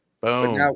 Boom